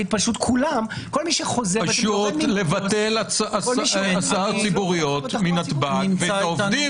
פשוט לבטל הסעות ציבוריות מנתב"ג ולעובדים